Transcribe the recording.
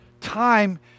time